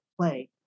play